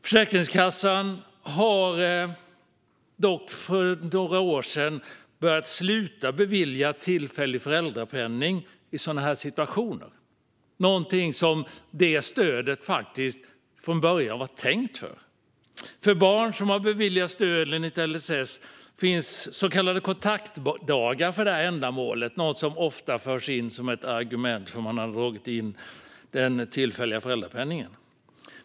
Försäkringskassan slutade för några år sedan att bevilja tillfällig föräldrapenning i sådana situationer, vilket var någonting som detta stöd faktiskt från början var tänkt för. För barn som har beviljats stöd enligt LSS finns så kallade kontaktdagar för detta ändamål, vilket ofta förs fram som ett argument för att man drog in den tillfälliga föräldrapenningen.